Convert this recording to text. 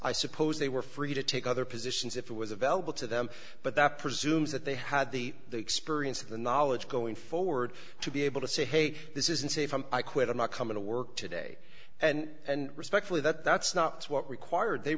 i suppose they were free to take other positions if it was available to them but that presumes that they had the the experience of the knowledge going forward to be able to say hey this is unsafe i quit i'm not coming to work today and respectfully that that's not what required they